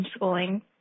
homeschooling